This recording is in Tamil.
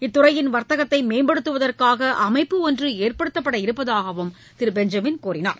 இந்த துறையின் வர்த்தகத்தை மேம்படுத்துவதற்காக அமைப்பு ஒன்று ஏற்படுத்தவிருப்பதாகவும் திரு பெஞ்சமின் தெரிவித்தார்